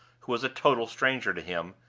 who was a total stranger to him,